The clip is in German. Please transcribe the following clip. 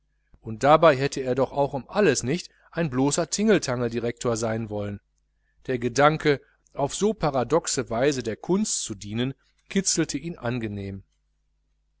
und dabei hätte er doch auch um alles nicht ein bloßer tingeltangeldirektor sein wollen der gedanke auf so paradoxe weise der kunst zu dienen kitzelte ihn angenehm